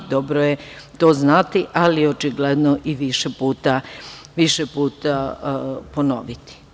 Dobro je to znati, ali i očigledno više puta ponoviti.